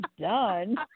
done